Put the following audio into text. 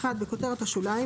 בכותרת השוליים,